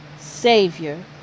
Savior